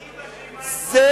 קדימה,